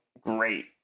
great